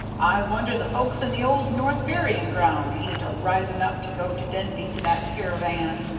i wonder the folks in the old north burying-ground ain't a-rising up to go to denby to that caravan!